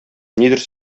нидер